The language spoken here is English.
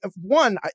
one